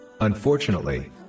Unfortunately